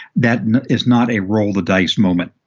that is not a roll the dice moment.